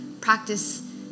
practice